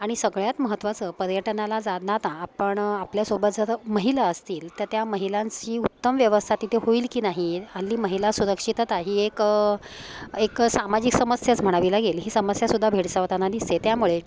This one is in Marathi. आणि सगळ्यात महत्वाचं पर्यटनाला जाताना आपण आपल्यासोबत जर महिला असतील तर त्या महिलांची उत्तम व्यवस्था तिथे होईल की नाही हल्ली महिला सुरक्षिताता ही एक एक सामाजिक समस्याच म्हणावी लागेल ही समस्यासुद्धा भेडसावताना दिसते त्यामुळे